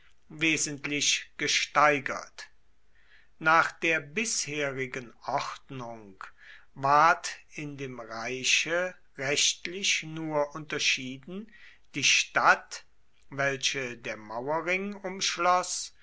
wesentlich gesteigert nach der bisherigen ordnung ward in dem reiche rechtlich nur unterschieden die stadt welche der mauerring